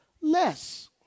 less